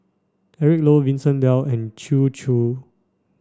Eric Low Vincent Leow and Chew Choo